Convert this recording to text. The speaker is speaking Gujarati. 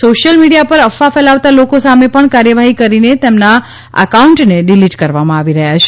સોશિયલ મીડિયા પર અફવા ફેલાવાતા લોકો સામે પણ કાર્યવાહી કરીને તેમના અકાઉન્ટને ડિલિટ કરવામાં આવી રહ્યા છે